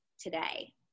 today